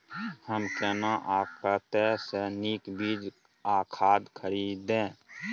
हम केना आ कतय स नीक बीज आ खाद खरीदे?